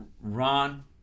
Ron